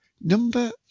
Number